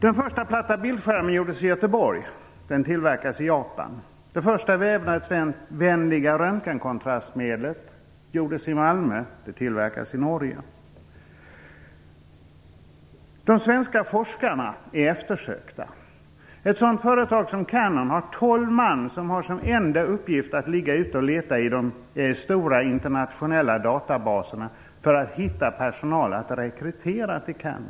Den första platta bildskärmen gjordes i Göteborg. Den tillverkas i Japan. Det första vävnadsvänliga röntgenkontrastmedlet gjordes i Malmö. Det tillverkas i Norge. De svenska forskarna är eftersökta. Ett sådant företag som Canon har tolv man som har som enda uppgift att leta i de stora internationella databaserna för att hitta personal att rekrytera till Canon.